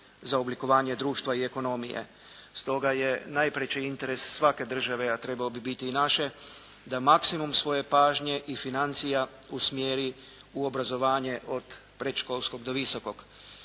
za oblikovanje društva i ekonomije. Stoga je najpreći interes svake države, a trebao bi biti i naše da maksimum svoje pažnje i financija usmjeri u obrazovanje od predškolskog do visokog.